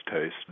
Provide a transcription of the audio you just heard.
taste